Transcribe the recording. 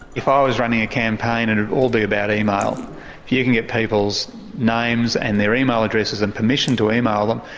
if i was running a campaign, it would all be about email. if you can get people's names and their email addresses and permission to email them,